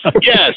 Yes